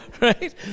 Right